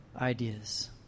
ideas